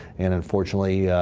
and unfortunately, ah,